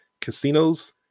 Casinos